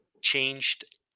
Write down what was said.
changed